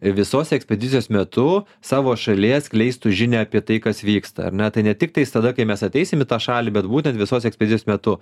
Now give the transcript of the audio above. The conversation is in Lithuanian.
visos ekspedicijos metu savo šalyje skleistų žinią apie tai kas vyksta ar ne tai ne tiktais tada kai mes ateisim į tą šalį bet būtent visos ekspedicijos metu